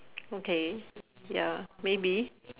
okay ya maybe